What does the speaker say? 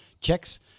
checks